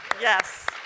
Yes